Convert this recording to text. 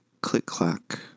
click-clack